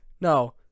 No